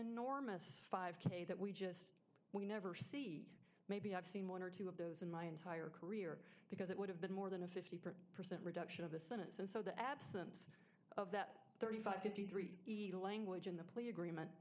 enormous five k that we just we never see maybe i've seen one or two of those in my entire career because it would have been more than a fifty percent reduction of a sentence and so the absence of that thirty five fifty three eagle language in the plea agreement